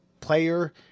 player